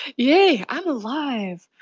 yay, i'm alive.